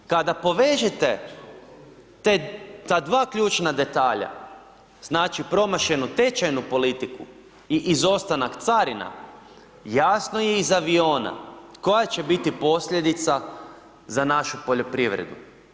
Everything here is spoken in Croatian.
Kada povežete te, ta dva ključna detalja, znači promašenu tečajnu politiku i izostanak carina jasno je iz aviona koja će biti posljedica za našu poljoprivredu.